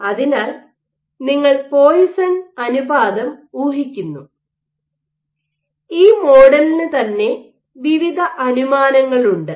അതിനാൽ നിങ്ങൾ Poisson Poisson's ratio അനുപാതം ഊഹിക്കുന്നു ഈ മോഡലിന് തന്നെ വിവിധ അനുമാനങ്ങളുണ്ട്